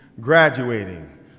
graduating